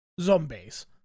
zombies